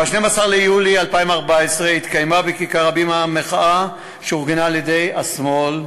ב-12 ביולי 2014 התקיימה בכיכר "הבימה" מחאה שאורגנה על-ידי השמאל.